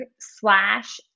slash